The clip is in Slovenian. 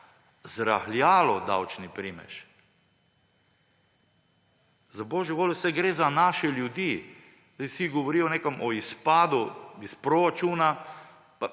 zrahljalo davčni primež. Za božjo voljo, saj gre za naše ljudi. Zdaj vsi govorijo o izpadu iz proračuna